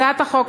הצעת החוק,